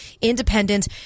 independent